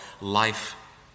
life